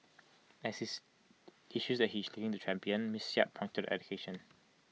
as is issues that she is looking to champion miss yap pointed to education